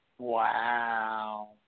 Wow